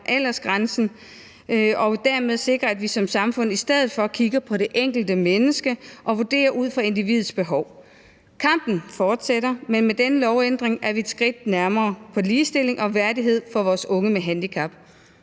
aldersgrænsen og dermed sikrer, at vi som samfund i stedet for kigger på det enkelte menneske og vurderer ud fra individets behov. Kampen fortsætter, men med denne lovændring er vi et skridt nærmere ligestilling og værdighed for vores unge med handicap.